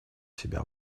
себя